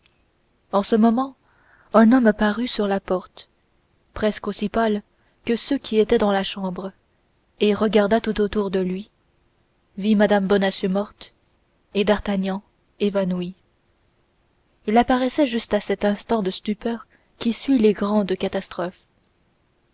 en ce moment un homme parut sur la porte presque aussi pâle que ceux qui étaient dans la chambre et regarda tout autour de lui vit mme bonacieux morte et d'artagnan évanoui il apparaissait juste à cet instant de stupeur qui suit les grandes catastrophes